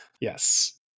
Yes